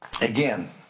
again